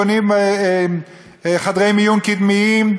בונים חדרי מיון קדמיים,